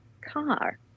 car